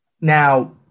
Now